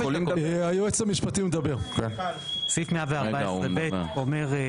סעיף 114(ב) אומר: